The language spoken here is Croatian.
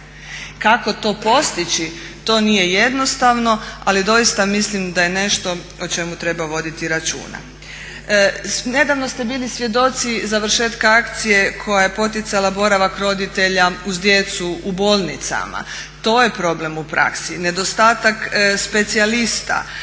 Kako to postići, to nije jednostavno ali doista mislim da je nešto o čemu treba voditi računa. Nedavno ste bili svjedoci završetka akcije koja je poticala boravak roditelja uz djecu u bolnicama, to je problem u praksi, nedostatak specijalista,